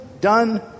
done